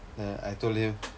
then I told him